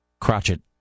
crotchet